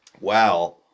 Wow